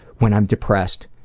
when i'm depressed,